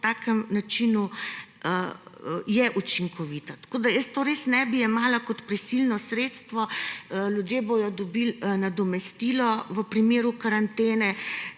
takem načinu je učinkovita. Tako tega res ne bi jemala kot prisilno sredstvo. Ljudje bojo dobili nadomestilo v primeru karantene